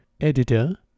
Editor